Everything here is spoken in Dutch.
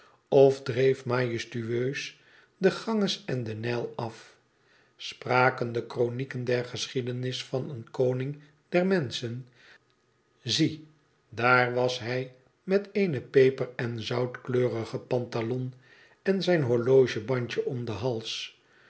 of dreef majestueus den ganges en den nijl af spraken de kronieken der geschiedenis van een koning dermenschen zie daar was hij met eene peper en zoutkleurige pantalon en zijn horlogebandje om den hals